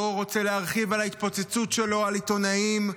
לא רוצה להרחיב על ההתפוצצות שלו על עיתונאים.